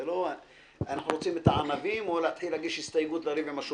זה לא אנחנו רוצים את הענבים או להתחיל להגיש הסתייגות לריב עם השומר.